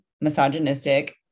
misogynistic